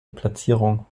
platzierung